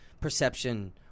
perception